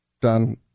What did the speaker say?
done